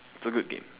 it's a good game